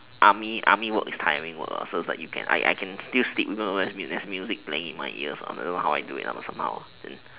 army army work is tiring work so it's like you can I I can still sleep because there's there's music in my ears playing in my ears I don't know how I do it but somehow